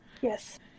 Yes